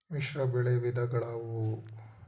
ಮಿಶ್ರಬೆಳೆ ವಿಧಗಳಾವುವು?